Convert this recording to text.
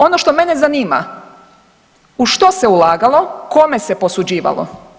Ono što mene zanima u što se ulagalo, kome se posuđivalo?